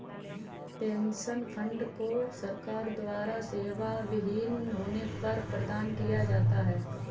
pension fund को सरकार द्वारा सेवाविहीन होने पर प्रदान किया जाता है